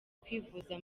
kwivuza